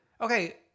okay